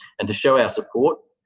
and to show our support,